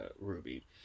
Ruby